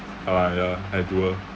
uh ya I do ah